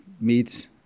meats